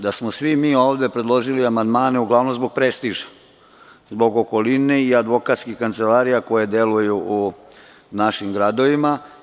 Da smo svi mi ovde predložili amandmane uglavnom zbog prestiža, zbog okoline i advokatskih kancelarija koje deluju u našim gradovima.